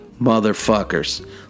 motherfuckers